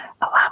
Allow